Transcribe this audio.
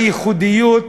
שהייתה בה ייחודיות,